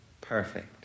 perfect